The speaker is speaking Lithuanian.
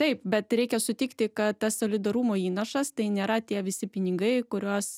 taip bet reikia sutikti kad tas solidarumo įnašas tai nėra tie visi pinigai kuriuos